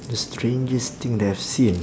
the strangest thing that I've seen